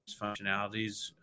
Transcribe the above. functionalities